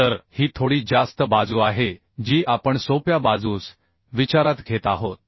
तर ही थोडी जास्त बाजू आहे जी आपण सोप्या बाजूस विचारात घेत आहोत